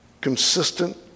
consistent